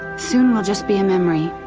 soon we'll just be a memory.